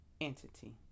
entity